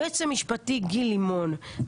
היועץ המשפטי גיל לימון,